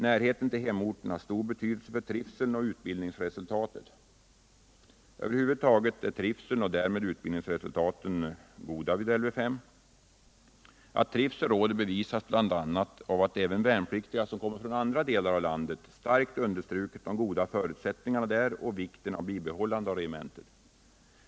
Närheten till hemorten har stor betydelse för trivseln och utbildningsresultatet. Över huvud taget är trivseln och därmed utbildningsresultaten bra vid Lv 5. Att trivsel råder bevisas bl.a. av att även värnpliktiga som kommer från andra delar av landet starkt understrukit de goda förutsättningarna där och vikten av att bibehålla regementet.